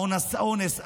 האונס,